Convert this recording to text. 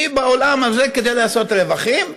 היא בעולם הזה כדי לעשות רווחים.